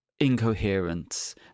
Incoherence